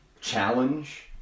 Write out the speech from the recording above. challenge